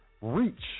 reach